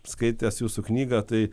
skaitęs jūsų knygą tai